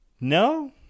No